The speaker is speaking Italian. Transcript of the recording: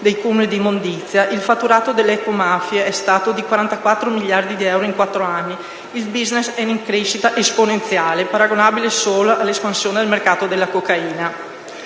il fatturato dell'ecomafia è stato di 44 miliardi di euro in quattro anni. Un *business* in crescita esponenziale, paragonabile solo all'espansione del mercato della cocaina.